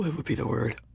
would be the word,